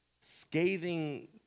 scathing